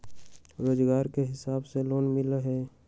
रोजगार के हिसाब से लोन मिलहई?